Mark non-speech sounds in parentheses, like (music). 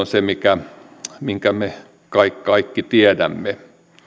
(unintelligible) se minkä me kai kaikki tiedämme